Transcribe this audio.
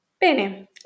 Bene